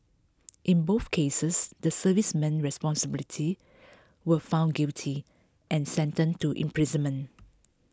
in both cases the servicemen responsibility were found guilty and sentenced to imprisonment